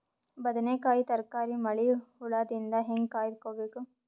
ಬದನೆಕಾಯಿ ತರಕಾರಿ ಮಳಿ ಹುಳಾದಿಂದ ಹೇಂಗ ಕಾಯ್ದುಕೊಬೇಕು?